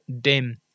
dim